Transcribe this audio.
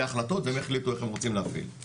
ההחלטות והם יחליטו איך הם רוצים להפעיל.